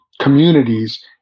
communities